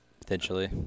potentially